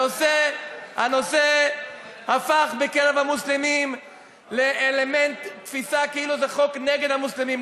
הנושא הפך בקרב המוסלמים בתפיסה כאילו זה חוק נגד המוסלמים,